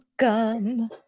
welcome